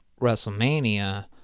WrestleMania